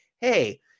Hey